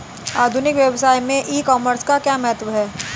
आधुनिक व्यवसाय में ई कॉमर्स का क्या महत्व है?